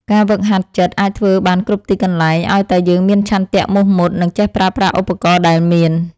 ការហ្វឹកហាត់ចិត្តអាចធ្វើបានគ្រប់ទីកន្លែងឱ្យតែយើងមានឆន្ទៈមោះមុត និង ចេះប្រើប្រាស់ឧបករណ៍ដែលមាន។